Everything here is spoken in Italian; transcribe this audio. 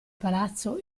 palazzo